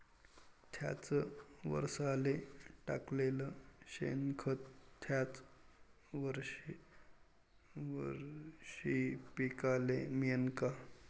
थ्याच वरसाले टाकलेलं शेनखत थ्याच वरशी पिकाले मिळन का?